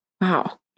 Wow